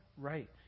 Right